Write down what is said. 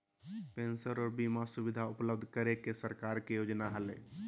pension आर बीमा सुविधा उपलब्ध करे के सरकार के योजना हलय